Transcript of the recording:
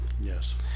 Yes